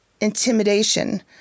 intimidation